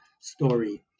story